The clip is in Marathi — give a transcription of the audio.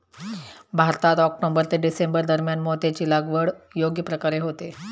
भारतात ऑक्टोबर ते डिसेंबर दरम्यान मोत्याची लागवड योग्य प्रकारे होते